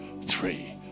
three